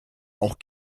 auch